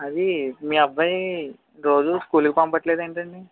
అది మీ అబ్బాయి రోజూ స్కూలుకి పంపటం లేదేంటండి